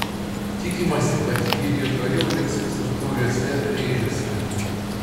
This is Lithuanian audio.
tikimasi kad ji ir toliau liks santūriuose rėžiuose